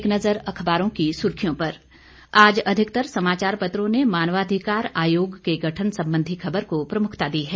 एक नज़र अखबारों की सुर्खियों पर आज अधिकतर समाचार पत्रों ने मानवाधिकार आयोग के गठन से जुड़ी खबर को प्रमुखता दी है